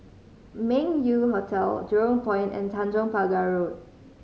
Meng Yew Hotel Jurong Point and Tanjong Pagar Road